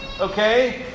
Okay